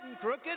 crooked